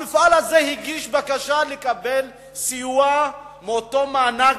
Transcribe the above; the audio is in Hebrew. המפעל הזה הגיש בקשה לקבל סיוע מאותו מענק,